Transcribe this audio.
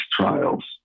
trials